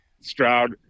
Stroud